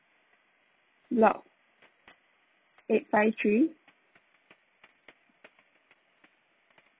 block eight five three